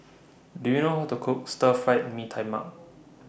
Do YOU know How to Cook Stir Fried Mee Tai Mak